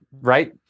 right